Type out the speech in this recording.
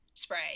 spray